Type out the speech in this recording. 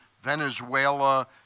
Venezuela